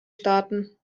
staaten